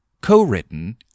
co-written